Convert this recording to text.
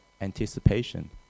anticipation